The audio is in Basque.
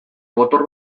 gotor